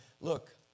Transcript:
look